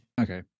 Okay